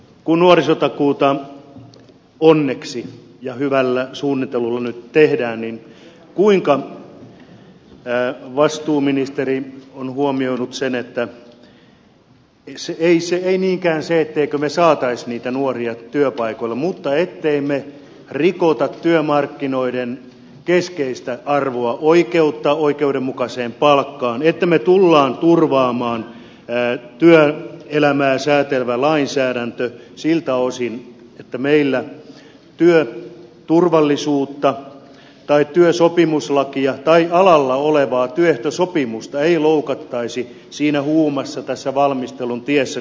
kun nuorisotakuuta onneksi ja hyvällä suunnittelulla nyt tehdään niin kuinka vastuuministeri on huomioinut ei niinkään sen ettemmekö me saisi niitä nuoria työpaikoille vaan sen ettemme me riko työmarkkinoiden keskeistä arvoa oikeutta oikeudenmukaiseen palkkaan että me tulemme turvaamaan työelämää säätelevän lainsäädännön siltä osin että meillä työturvallisuutta tai työsopimuslakia tai alalla olevaa työehtosopimusta ei loukattaisi siinä huumassa tässä valmistelun tiessä